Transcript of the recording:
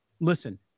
listen –